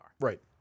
Right